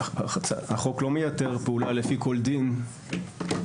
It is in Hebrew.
החוק לא מייתר פעולה לפי כל דין שחל,